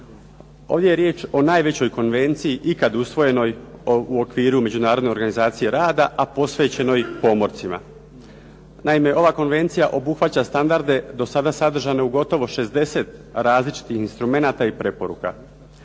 Ovdje je riječ o najvećoj konvenciji ikada usvojenoj u okviru Međunarodne organizacije rada, a posvećenoj pomorcima. Naime, ova konvencija obuhvaća standarde do sada sadržane u gotovo 60 različitih instrumenata i preporuka.